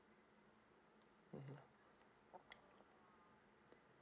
mmhmm